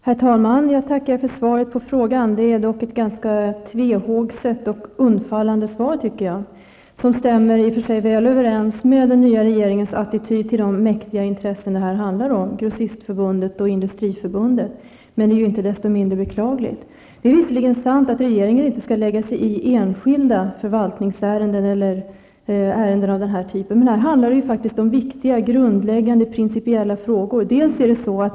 Herr talman! Jag tackar för svaret på frågan. Svaret är dock ganska tvehågset och undfallande, tycker jag, vilket stämmer väl överens med den nya regeringens attityd till de mäktiga intressen som det handlar om här, nämligen Grossistförbundet och Industriförbundet. Det är icke desto mindre beklagligt. Det är visserligen sant att regeringen inte skall lägga sig i enskilda förvaltningsärenden eller ärenden av den här typen. Men här handlar det faktiskt om viktiga grundläggande principiella frågor.